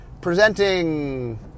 presenting